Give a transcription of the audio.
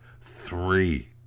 three